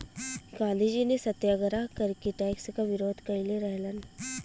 गांधीजी ने सत्याग्रह करके टैक्स क विरोध कइले रहलन